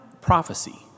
prophecy